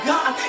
God